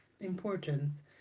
importance